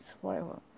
forever